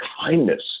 kindness